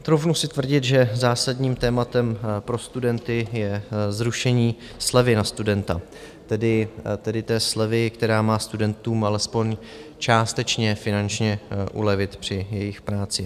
Troufnu si tvrdit, že zásadním tématem pro studenty je zrušení slevy na studenta, tedy té slevy, která má studentům alespoň částečně finančně ulevit při jejich práci.